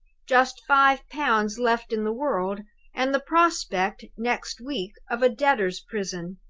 just five pounds left in the world and the prospect next week of a debtor's prison.